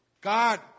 God